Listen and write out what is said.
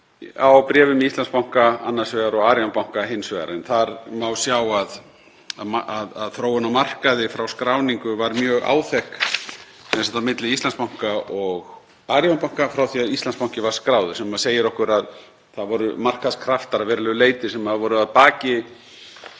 á bréfum í Íslandsbanka annars vegar og Arion banka hins vegar. Þar má sjá að þróun á markaði frá skráningu var mjög áþekk milli Íslandsbanka og Arion banka frá því að Íslandsbanki var skráður, sem segir okkur að það voru markaðskraftar að verulegu leyti sem voru að baki